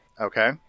okay